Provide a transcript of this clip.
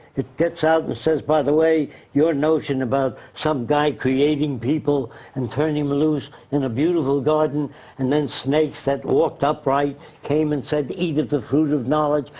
it gets out and says by the way, your notion about some guy creating people and turning them loose in a beautiful garden and then snakes that walked upright, came and said eat of the fruit of knowledge.